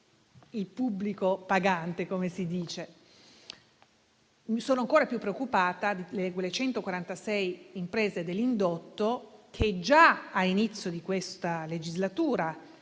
sul pubblico pagante, come si dice. Sono ancora più preoccupata per quelle 146 imprese dell'indotto rispetto alle quali già all'inizio di questa legislatura